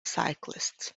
cyclists